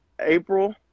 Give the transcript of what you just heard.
April